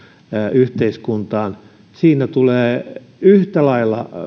yhteiskuntaan siinä tulee yhtä lailla